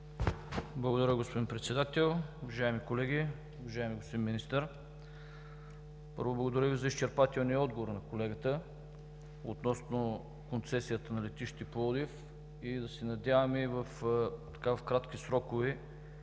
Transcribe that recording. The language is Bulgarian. Благодаря, господин Председател. Уважаеми колеги, уважаеми господин Министър! Първо, благодаря Ви за изчерпателния отговор на колегата относно концесията на летище Пловдив. Да се надяваме тази концесия